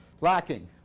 lacking